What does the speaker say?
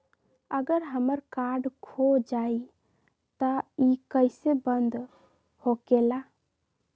अगर हमर कार्ड खो जाई त इ कईसे बंद होकेला?